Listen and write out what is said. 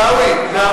עיסאווי, גם